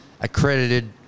accredited